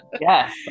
yes